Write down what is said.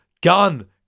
gun